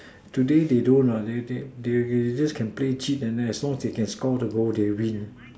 today they don't want they they they they just can play cheat and then as long as they can score the goal they win